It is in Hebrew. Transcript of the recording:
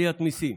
עליית מיסים,